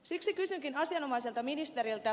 siksi kysynkin asianomaiselta ministeriltä